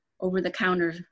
over-the-counter